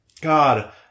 God